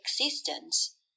existence